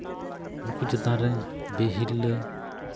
ᱱᱩᱩᱠᱩ ᱪᱮᱛᱟᱱ ᱨᱮ ᱵᱮ ᱦᱤᱨᱞᱟᱹ